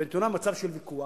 ונתונה במצב של ויכוח,